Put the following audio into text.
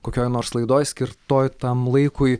kokioj nors laidoj skirtoj tam laikui